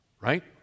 right